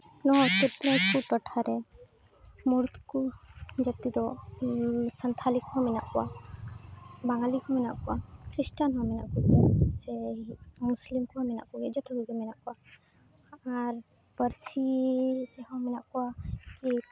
ᱱᱚᱣᱟ ᱥᱤᱛᱟᱹᱱᱟᱛᱷᱯᱩᱨ ᱨᱤᱴᱷᱟᱨᱮ ᱢᱩᱲᱠᱩ ᱡᱟᱹᱛᱤ ᱫᱚ ᱥᱟᱱᱛᱷᱟᱞᱤ ᱠᱚᱦᱚᱸ ᱢᱮᱱᱟᱜ ᱠᱚᱣᱟ ᱵᱟᱝᱜᱟᱞᱤ ᱠᱚ ᱢᱮᱱᱟᱜ ᱠᱚᱣᱟ ᱠᱷᱤᱨᱥᱴᱟᱱ ᱦᱚᱸ ᱢᱮᱱᱟᱜ ᱠᱚᱜᱮᱭᱟ ᱥᱮ ᱢᱩᱥᱞᱤᱢ ᱠᱚ ᱢᱮᱱᱟᱜ ᱠᱚᱣᱟ ᱡᱚᱛᱚ ᱠᱚᱜᱮ ᱢᱮᱱᱟᱜ ᱠᱚᱣᱟ ᱟᱨ ᱯᱟᱹᱨᱥᱤ ᱨᱮᱦᱚᱸ ᱢᱮᱱᱟᱜ ᱠᱚᱣᱟ